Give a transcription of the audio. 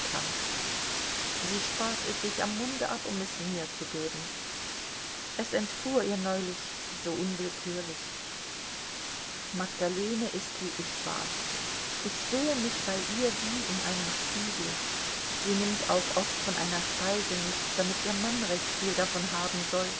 trank sie spart es sich am munde ab um es mir zu geben es entfuhr ihr neulich so unwillkürlich magdalene ist wie ich war ich sehe mich bei ihr wie in einem spiegel sie nimmt auch oft von einer speise nichts damit ihr mann recht viel davon haben soll